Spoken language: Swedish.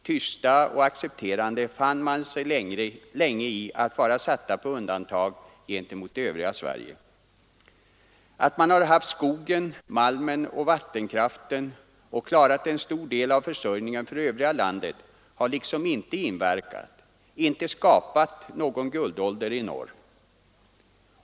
Tyst och accepterande fann man sig i att vara satt på undantag gentemot det övriga Sverige. Att man har haft skogen, malmen och vattenkraften och klarat en stor del av försörjningen för landet i övrigt har liksom inte inverkat, inte skapat någon guldålder i norr.